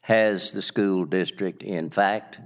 has the school district in fact